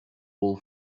wool